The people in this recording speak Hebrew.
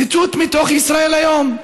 ציטוט מתוך ישראל היום,